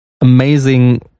amazing